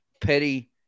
Petty –